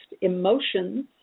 emotions